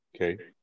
Okay